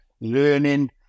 learning